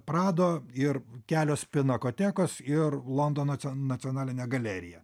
prado ir kelios pinakotekos ir londono nacionalinė galerija